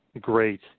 great